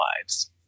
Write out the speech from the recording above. lives